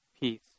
peace